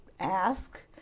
Ask